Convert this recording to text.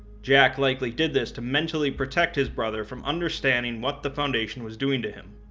jack likely did this to mentally protect his brother from understanding what the foundation was doing to him.